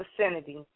vicinity